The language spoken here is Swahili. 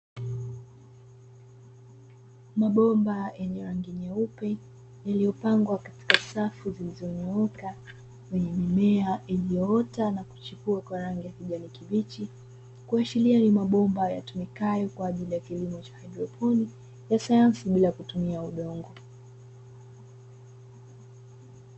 Mabomba yenye rangi nyeupe yaliyopangwa katika safu zilizonyooka zenye mimea iliyoota na kuchipua kwa rangi ya kijani kibichi, kuashiria ni mabomba yatumikayo kwa ajili ya kilimo cha haidroponi ya sayansi bila ya kutumia udongo.